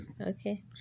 Okay